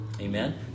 Amen